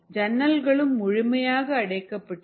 ஜன்னல்களும் முழுமையாக அடைக்கப்பட்டிருக்கும்